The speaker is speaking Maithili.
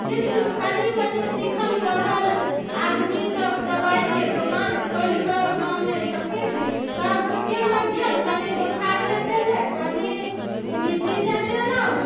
किछु कनि मनी सीखल पढ़ल आदमी सब दवाइके दोकान खोलिके गाममे छथिन तऽ हुनके लग गेल कनि बुखार जँचेलक कनि बी पी जँचेलहुँ